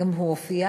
גם הוא הופיע,